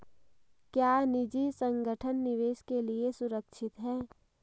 क्या निजी संगठन निवेश के लिए सुरक्षित हैं?